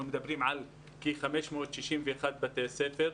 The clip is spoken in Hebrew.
אנחנו מדברים על כ-561 בתי ספר,